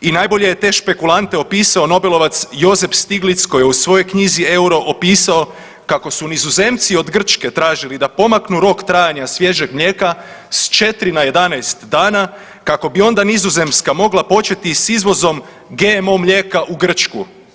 i najbolje je te špekulante opisao nobelovac Josef Stiglic koji je u svojoj knjizi Euro opisao kako su Nizozemci od Grčke tražili da pomaknu rok trajanja svježeg mlijeka sa 4 na 11 dana kako bi onda Nizozemska mogla početi sa izvozom GMO mlijeka u Grčku.